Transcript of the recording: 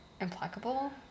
Implacable